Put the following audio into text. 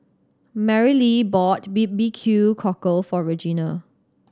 Marylee bought B B Q Cockle for Regena